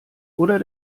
oder